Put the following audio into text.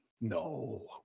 No